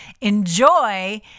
enjoy